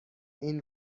این